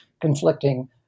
conflicting